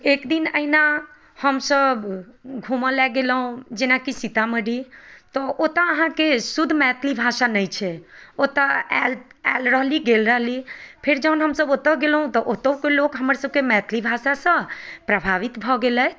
एक दिन अहिना हमसब घूमऽल गेलहुँ जेनाकि सीतामढ़ी तऽ ओतऽ अहाँके शुद्ध मैथिली भाषा नहि छै ओतऽ आयल रहली गेल रहली फेर जहन हमसब ओतऽ गेलहुँ तऽ ओतहुके लोक हमर सबके मैथिली भाषासँ प्रभावित भऽ गेलथि